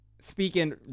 speaking